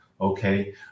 okay